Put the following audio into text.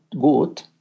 good